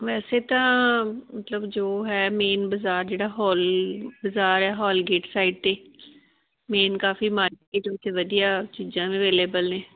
ਵੈਸੇ ਤਾਂ ਮਤਲਬ ਜੋ ਹੈ ਮੇਨ ਬਾਜ਼ਾਰ ਜਿਹੜਾ ਹੋਲ ਬਜ਼ਾਰ ਹੈ ਹੋਲ ਗੇਟ ਸਾਈਡ 'ਤੇ ਮੇਨ ਕਾਫੀ ਮਾਰਕੀਟ ਵਿੱਚ ਵਧੀਆ ਚੀਜ਼ਾਂ ਵੀ ਅਵੇਲੇਬਲ ਨੇ